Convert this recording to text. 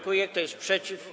Kto jest przeciw?